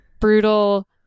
brutal